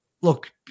look